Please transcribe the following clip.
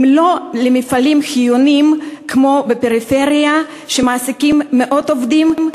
לא למפעלים חיוניים בפריפריה שמעסיקים מאות עובדים,